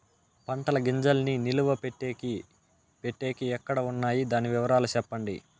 పంటల గింజల్ని నిలువ పెట్టేకి పెట్టేకి ఎక్కడ వున్నాయి? దాని వివరాలు సెప్పండి?